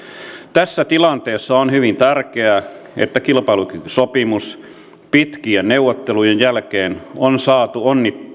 tässä tilanteessa on hyvin tärkeää että kilpailukykysopimus pitkien neuvottelujen jälkeen on saatu